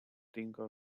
thinking